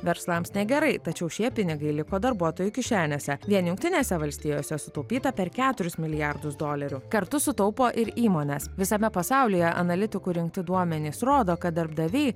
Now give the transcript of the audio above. verslams negerai tačiau šie pinigai liko darbuotojų kišenėse vien jungtinėse valstijose sutaupyta per keturis milijardus dolerių kartu sutaupo ir įmonės visame pasaulyje analitikų rinkti duomenys rodo kad darbdaviai